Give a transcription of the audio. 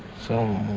so